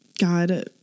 God